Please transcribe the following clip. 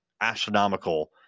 astronomical